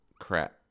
crap